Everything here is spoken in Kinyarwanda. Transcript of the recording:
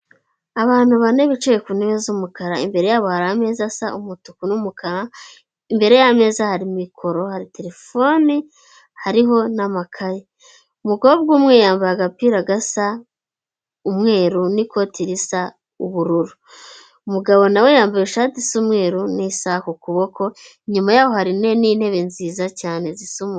Abantu bane bicaye ku ntebe z'umukara imbere yabo hari ameza asa umutuku n'umukara imbere y'ameza hari mikoro, telefoni, hariho n'amakaye. Umukobwa umwe yambaye agapira gasa umweru n'ikoti risa ubururu umugabo nawe, yambaye ishati isa umweru n'isaha ku kuboko inyuma yaho hari n'intebe nziza cyane zisa umutuku.